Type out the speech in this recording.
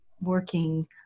working